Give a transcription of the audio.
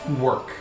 work